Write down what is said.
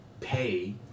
pay